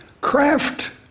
craft